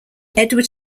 edward